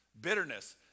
bitterness